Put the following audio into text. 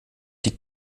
die